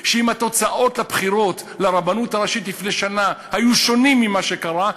שאם התוצאות בבחירות לרבנות הראשית לפני שנה היו שונות ממה שקרה,